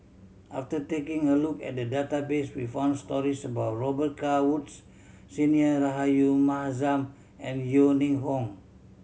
after taking a look at the database we found stories about Robet Carr Woods Senior Rahayu Mahzam and Yeo Ning Hong